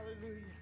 hallelujah